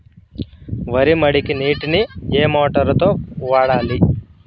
వరి మడికి నీటిని ఏ మోటారు తో వాడాలి?